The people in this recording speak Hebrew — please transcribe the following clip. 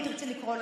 אם תרצי לקרוא לזה,